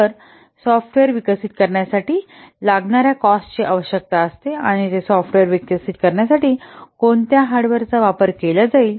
तर सॉफ्टवेअर विकसित करण्यासाठी लागणार्या कॉस्ट ची आवश्यकता असते आणि ते सॉफ्टवेअर विकसित करण्यासाठी कोणत्या हार्डवेअर चा वापर केला जाईल